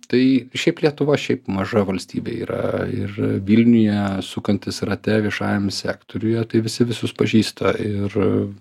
tai šiaip lietuva šiaip maža valstybė yra ir vilniuje sukantis rate viešajam sektoriuje tai visi visus pažįsta ir